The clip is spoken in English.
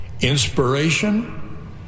inspiration